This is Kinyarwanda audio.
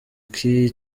iki